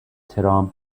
ترامپ